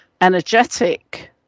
energetic